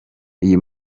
iyi